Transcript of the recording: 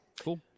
cool